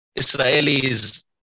Israelis